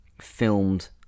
filmed